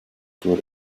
good